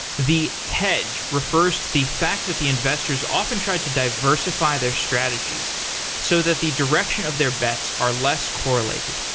the hedge refers to the fact that the investors often try to diversify their strategies so that the direction of their bets are less correlated,